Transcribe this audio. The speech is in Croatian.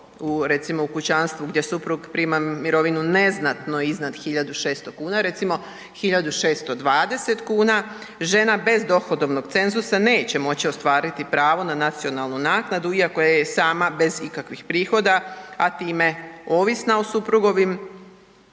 recimo u kućanstvu gdje suprug prima mirovinu neznatno iznad 1.600 kuna recimo 1.620 kuna, žena bez dohodovnog cenzusa neće moći ostvariti pravo na nacionalnu naknadu iako je sama bez ikakvih prihoda, a time ovisna o suprugovim